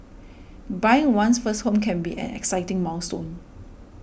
buying one's first home can be an exciting milestone